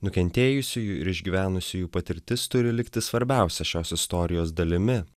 nukentėjusiųjų ir išgyvenusiųjų patirtis turi likti svarbiausia šios istorijos dalimi